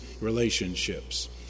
relationships